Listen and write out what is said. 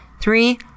Three